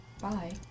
Bye